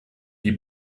die